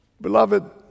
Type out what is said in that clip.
Beloved